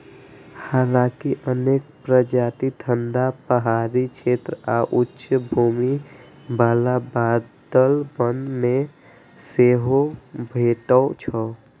हालांकि अनेक प्रजाति ठंढा पहाड़ी क्षेत्र आ उच्च भूमि बला बादल वन मे सेहो भेटै छै